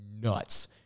nuts